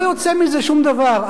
לא יוצא מזה שום דבר,